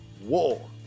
war